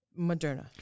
Moderna